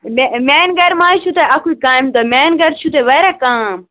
مےٚ میانہ گَر ما حظ چھو تۄہہِ اکُے کامہ دۄہ میانہ گَرِ چھو تۄہہِ واریاہ کٲم